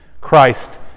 Christ